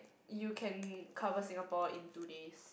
you can cover Singapore in two days